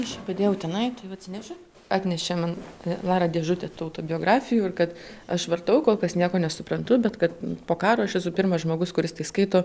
aš padėjau tenai tuojau atsinešiu atnešė man lara dėžutę tų tų biografijų ir kad aš vartau kol kas nieko nesuprantu bet kad po karo aš esu pirmas žmogus kuris tai skaito